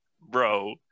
bro